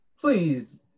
please